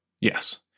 Yes